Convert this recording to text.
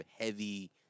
heavy